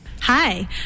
hi